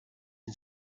and